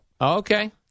Okay